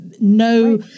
no